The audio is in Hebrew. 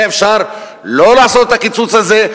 היה אפשר לא לעשות את הקיצוץ הזה,